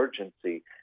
urgency